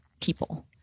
people